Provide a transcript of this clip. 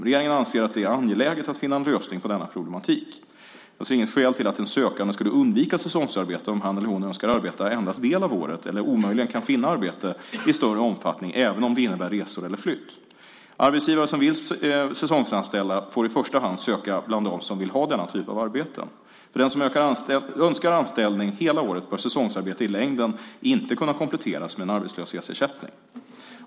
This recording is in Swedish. Regeringen anser att det är angeläget att finna en lösning på denna problematik. Jag ser inget skäl till att en sökande skulle undvika säsongsarbete om han eller hon önskar arbeta endast del av året eller omöjligen kan finna arbete i större omfattning även om det innebär resor eller flytt. Arbetsgivare som vill säsongsanställa får i första hand söka bland dem som vill ha denna typ av arbeten. För den som önskar anställning hela året bör säsongsarbete i längden inte kunna kompletteras med arbetslöshetsersättning.